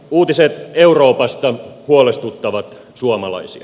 uutiset euroopasta huolestuttavat suomalaisia